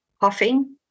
coughing